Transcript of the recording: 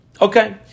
Okay